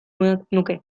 nuke